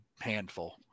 handful